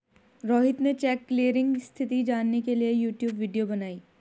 रोहित ने cheque clearing स्थिति जानने के लिए यूट्यूब वीडियो बनाई